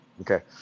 Okay